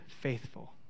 faithful